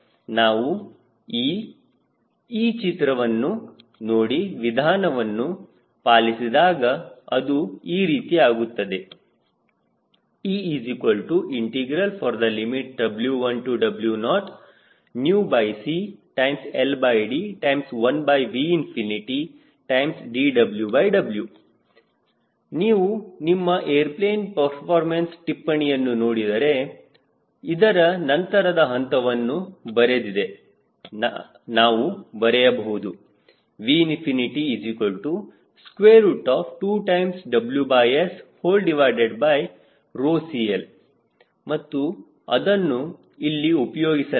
ನಾವು ಈ E ಚಿತ್ರವನ್ನು ನೋಡಿ ವಿಧಾನವನ್ನು ಪಾಲಿಸಿದಾಗ ಅದು ಈ ರೀತಿ ಆಗುತ್ತದೆ EW1W0CLD1VdWW ನೀವು ನಿಮ್ಮ ಏರ್ಪ್ಲೇನ್ ಪರ್ಫಾರ್ಮೆನ್ಸ್ ಟಿಪ್ಪಣಿಯನ್ನು ನೋಡಿದರೆ ಇದರ ನಂತರದ ಹಂತವನ್ನು ಬರೆದಿದೆ ನಾವು ಬರೆಯಬಹುದು V2WSCL ಮತ್ತು ಅದನ್ನು ಇಲ್ಲಿ ಉಪಯೋಗಿಸಲಾಗಿದೆ